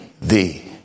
thee